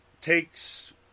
takes